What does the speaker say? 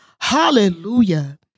Hallelujah